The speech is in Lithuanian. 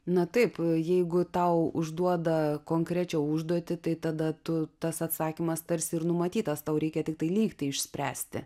na taip jeigu tau užduoda konkrečią užduotį tai tada tu tas atsakymas tarsi ir numatytas tau reikia tiktai lygtį išspręsti